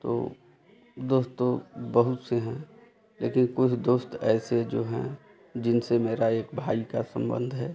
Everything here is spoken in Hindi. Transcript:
तो दोस्त तो बहुत से हैं लेकिन कुछ दोस्त ऐसे जो हैं जिनसे मेरा एक भाई का संबंध है